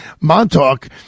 Montauk